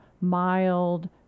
mild